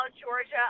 Georgia